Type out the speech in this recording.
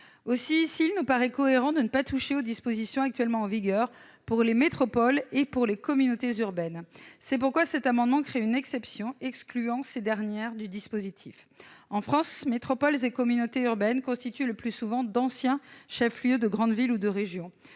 Ainsi, il nous paraît cohérent de ne pas toucher aux dispositions actuellement en vigueur pour les métropoles et pour les communautés urbaines. C'est le sens de cet amendement, qui vise à créer une exception excluant ces dernières du dispositif. En France, métropoles et communautés urbaines sont le plus souvent de grandes villes, anciennement